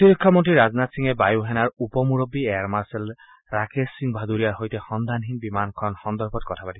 প্ৰতিৰক্ষা মন্ত্ৰী ৰাজনাথ সিঙে বায়ু সেনাৰ উপ মূৰববী এয়াৰ মাৰ্চেল ৰাকেশ সিং ভাডুৰিয়াৰ সৈতে সন্ধানহীন হৈ থকা বিমানখন সন্দৰ্ভত কথা পাতে